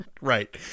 Right